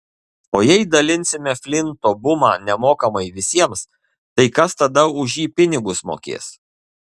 o jei dalinsime flinto bumą nemokamai visiems tai kas tada už jį pinigus mokės